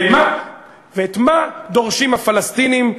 את מה דורשים הפלסטינים?